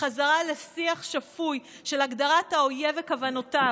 חזרה לשיח שפוי של הגדרת האויב וכוונותיו.